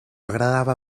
agradava